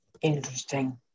interesting